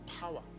power